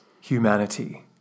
humanity